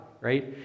right